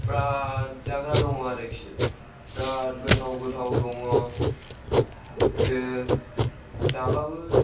बिराद जाग्रा दङ आरोखि बिराद गोथाव गोथाव दङ ओ जाबाबो